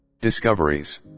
discoveries